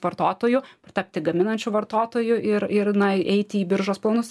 vartotojų ir tapti gaminančiu vartotoju ir ir na eiti į biržos planus ir